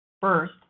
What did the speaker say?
First